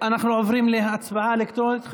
אנחנו עוברים להצבעה אלקטרונית,